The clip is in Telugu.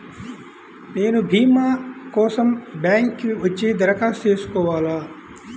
నేను భీమా కోసం బ్యాంక్కి వచ్చి దరఖాస్తు చేసుకోవాలా?